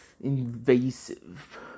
invasive